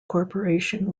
corporation